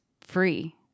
free